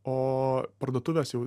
o parduotuvės jau